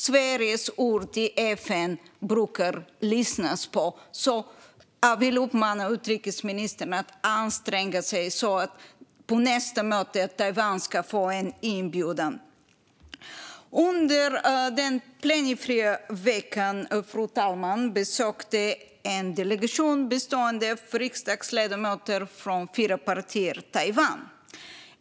Man brukar lyssna på Sveriges ord i FN. Jag vill därför uppmana utrikesministern att anstränga sig så att Taiwan får en inbjudan till nästa möte. Fru talman! Under den plenifria veckan besökte en delegation bestående av riksdagsledamöter från fyra partier Taiwan.